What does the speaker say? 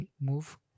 move